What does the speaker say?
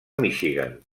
michigan